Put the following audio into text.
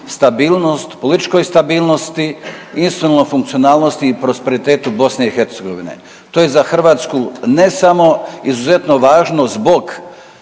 stabilnost, političkoj stabilnosti …/nerazumljivo/… funkcionalnosti i prosperitetu BiH. To je za Hrvatsku ne samo izuzetno važno zbog